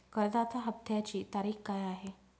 कर्जाचा हफ्त्याची तारीख काय आहे?